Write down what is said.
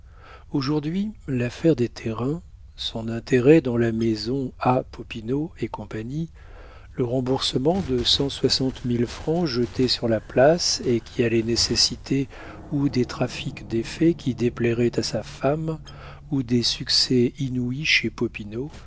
aujourd'hui l'affaire des terrains son intérêt dans la maison a popinot et compagnie le remboursement de cent soixante mille francs jetés sur la place et qui allaient nécessiter ou des trafics d'effets qui déplairaient à sa femme ou des succès inouïs chez